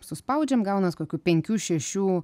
suspaudžiam gaunasi kokių penkių šešių